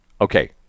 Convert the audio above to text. Okay